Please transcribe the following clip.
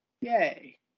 yay